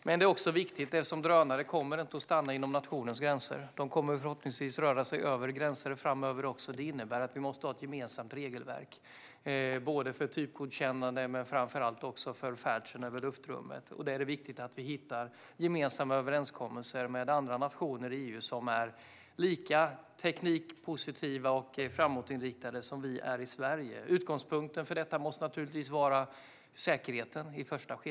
Men eftersom drönare inte kommer att stanna inom nationens gränser utan förhoppningsvis även röra sig över gränser framöver måste vi ha ett gemensamt regelverk, för typgodkännande men framför allt för färden genom luftrummet. Det är viktigt att vi hittar gemensamma överenskommelser med andra nationer i EU som är lika teknikpositiva och framåtinriktade som vi är i Sverige. Utgångspunkten för detta måste naturligtvis i det första skedet vara säkerheten.